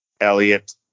Elliot